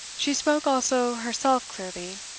she spoke also herself clearly,